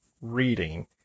reading